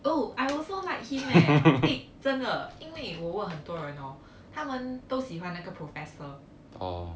oh I also like him eh eh 真的因为我问很多人 oh 他们都喜欢那个 professor